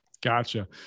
Gotcha